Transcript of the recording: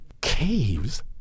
Caves